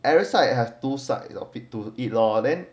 every side have two side lor fit to eat lor then